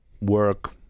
work